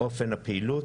אופן הפעילות.